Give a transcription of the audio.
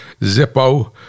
Zippo